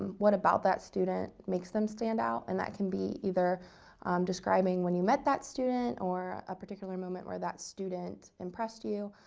what about that student makes them stand out? and that can be either um describing when you met that student, or a particular moment where that student impressed you.